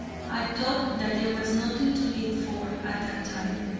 i thought that there was nothing to live for at that time.